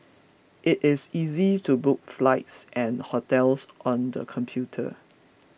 it is easy to book flights and hotels on the computer